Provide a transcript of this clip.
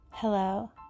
Hello